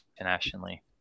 internationally